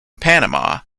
panama